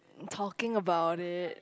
talking about it